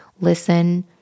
listen